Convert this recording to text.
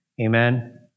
Amen